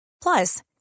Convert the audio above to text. Plus